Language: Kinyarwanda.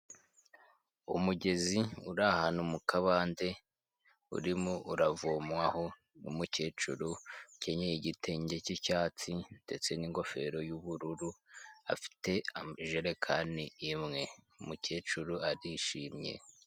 Umugezi uri ahantu mu kabande, urimo uravomwaho n'umukecuru ukenyeye igitenge cy'icyatsi ndetse n'ingofero y'ubururu, afite ijerekani imwe, umukecuru arishimye.